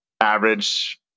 average